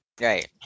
Right